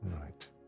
right